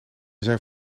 zijn